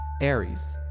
Aries